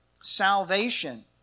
salvation